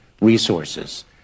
resources